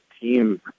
team